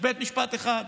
יש בית משפט אחד,